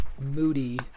moody